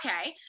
okay